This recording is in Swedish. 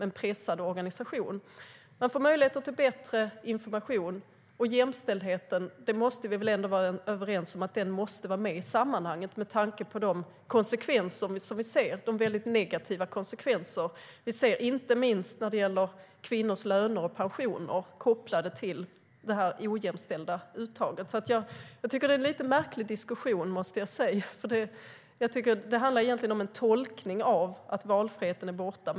Vi måste ändå vara överens om att möjligheten till bättre information och frågan om jämställdhet måste vara med i sammanhanget med tanke på de negativa konsekvenser vi kan se, inte minst i fråga om kvinnors löner och pensioner kopplade till det ojämställda uttaget. Det här är en märklig diskussion. Det handlar egentligen om en tolkning av att valfriheten har tagits bort.